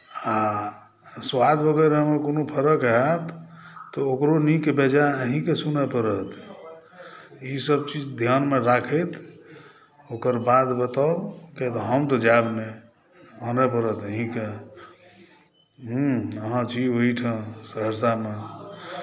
आ स्वाद वगैरहमे कोनो फर्क आयत तऽ ओकरो नीक बेजाय अहीँकेँ सुनय पड़त ईसभ चीज ध्यानमे राखैत ओकर बाद बताउ किआक तऽ हम तऽ जायब नहि आनय पड़त अहीँकेँ हँ अहाँ छी ओहिठाम सहरसामे